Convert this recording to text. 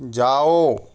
जाओ